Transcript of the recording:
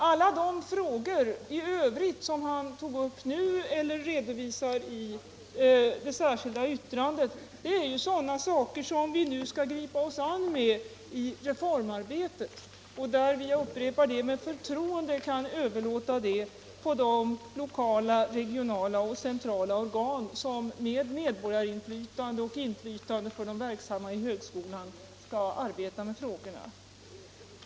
Alla de frågor i övrigt som herr Molin tog upp nu eller redovisar i det särskilda yttrandet gäller ju sådana saker som vi skall gripa oss an med i reformarbetet. Och jag upprepar att vi med förtroende kan överlåta det på de lokala, regionala och centrala organ som med medborgarinflytande och inflytande från de verksamma i högskolan skall arbeta med frågorna.